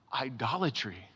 idolatry